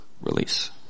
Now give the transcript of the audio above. release